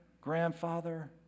grandfather